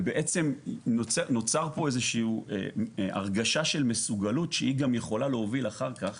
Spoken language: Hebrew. ובעצם נוצרת הרגשה של מסוגלות שהיא גם יכולה להוביל אחר כך